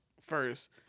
first